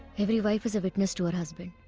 every wife is a witness to her husband